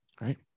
Right